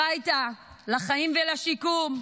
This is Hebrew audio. הביתה, לחיים ולשיקום.